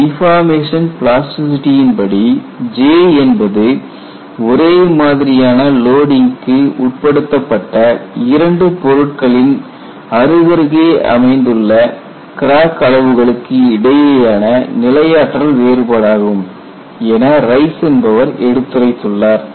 deformation பிளாஸ்டிசிட்டியின் படி J என்பது ஒரே மாதிரியான லோடிங்க்கு உட்படுத்தப்பட்ட இரண்டு பொருள்களின் அருகருகே அமைந்துள்ள உள்ள கிராக் அளவுகளுக்கு இடையேயான நிலையாற்றல் வேறுபாடாகும் என ரைஸ் என்பவர் எடுத்துரைத்துள்ளார்